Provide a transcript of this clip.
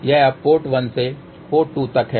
तो यह अब पोर्ट 1 से पोर्ट 2 तक है